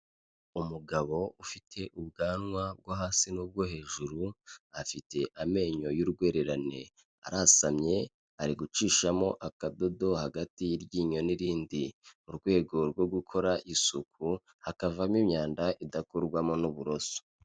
Umugabo ufite ubwanwa bwo hasi n'ubwo hejuru afite amenyo y'urwererane arasamye ari gucishamo akadodo hagati y'iryinyo n'irindi mu rwego rwo gukora isuku hakavamo imyanda idakorwamo n'uburoso.